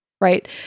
Right